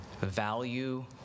value